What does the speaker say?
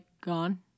gone